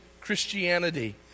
Christianity